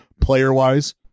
player-wise